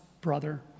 brother